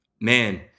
man